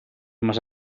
más